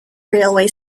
railway